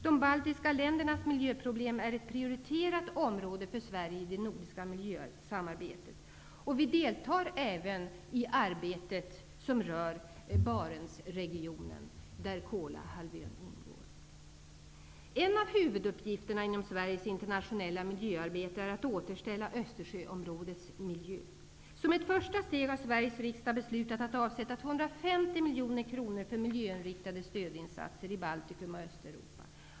De baltiska ländernas miljöproblem är ett prioritetat område för Sverige i det nordiska miljösamarbetet. Vi deltar även i arbetet som rör En av huvuduppgifterna inom Sveriges internationella miljöarbete är att återställa Som ett första steg har Sveriges riksdag beslutat att avsätta 250 miljoner kronor för miljöinriktade stödinsatser i Baltikum och Östeuropa.